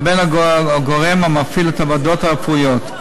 לבין הגורם המפעיל את הוועדות הרפואיות.